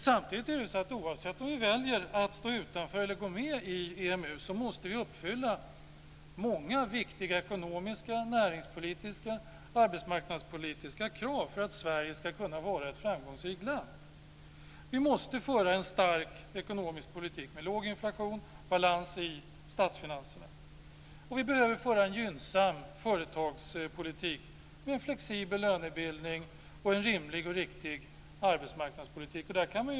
Samtidigt är det så att oavsett om vi väljer att stå utanför eller att gå med i EMU, så måste vi uppfylla många viktiga ekonomiska, näringspolitiska och arbetsmarknadspolitiska krav för att Sverige ska kunna vara ett framgångsrikt land. Vi måste föra en stark ekonomisk politik med låg inflation och balans i statsfinanserna, och vi behöver föra en gynnsam företagspolitik med en flexibel lönebildning och en rimlig och riktig arbetsmarknadspolitik.